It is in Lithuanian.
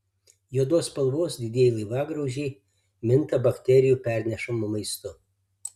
juodos spalvos didieji laivagraužiai minta bakterijų pernešamu maistu